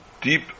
deep